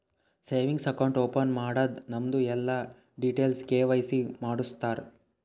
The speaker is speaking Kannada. ಸೇವಿಂಗ್ಸ್ ಅಕೌಂಟ್ ಓಪನ್ ಮಾಡಾಗ್ ನಮ್ದು ಎಲ್ಲಾ ಡೀಟೇಲ್ಸ್ ಕೆ.ವೈ.ಸಿ ಮಾಡುಸ್ತಾರ್